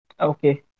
Okay